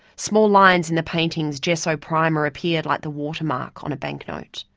small lines in the painting's gessoprimer appeared like the watermark on a banknote.